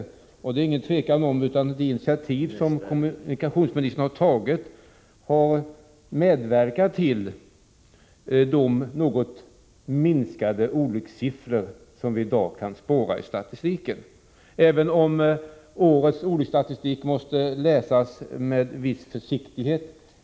Det är 113 inget tvivel om att de initiativ som kommunikationsministern har tagit har medverkat till de något minskade olyckssiffror som vi i dag kan spåra i statistiken. Årets olycksstatistik måste emellertid läsas med viss försiktighet.